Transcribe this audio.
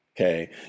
Okay